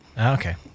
Okay